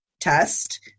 test